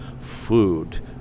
food